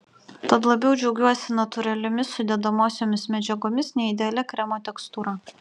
tad labiau džiaugiuosi natūraliomis sudedamosiomis medžiagomis nei idealia kremo tekstūra